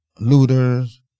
looters